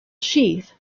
sheath